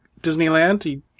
Disneyland